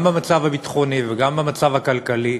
גם במצב הביטחוני וגם במצב הכלכלי,